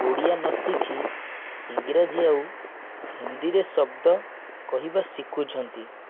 ଓଡ଼ିଆ ନ ଶିଖି ଇଂରାଜୀ ଆଉ ହିନ୍ଦୀ ରେ ଶବ୍ଦ କହିବା ଶିଖୁଛନ୍ତି